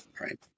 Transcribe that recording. right